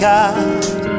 God